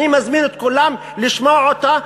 אני מזמין את כולם לשמוע אותה,